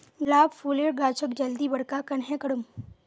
गुलाब फूलेर गाछोक जल्दी बड़का कन्हे करूम?